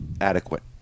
adequate